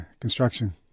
construction